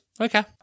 Okay